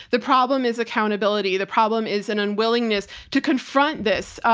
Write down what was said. the problem is accountability. the problem is an unwillingness to confront this, ah,